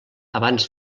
abans